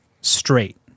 straight